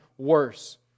worse